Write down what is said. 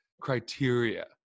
criteria